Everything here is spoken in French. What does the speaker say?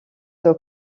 son